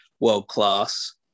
world-class